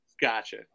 Gotcha